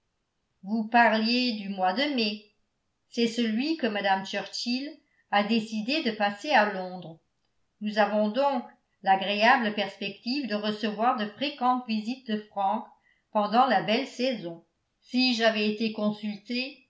vous parliez du mois de mai c'est celui que mme churchill a décidé de passer à londres nous avons donc l'agréable perspective de recevoir de fréquentes visites de frank pendant la belle saison si j'avais été consulté